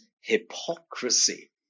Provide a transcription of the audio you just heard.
hypocrisy